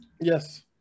Yes